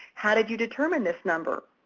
how did you determine this number?